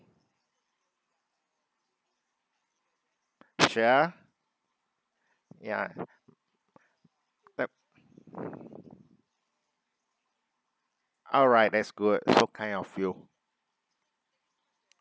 sure ya alright that's good so kind of you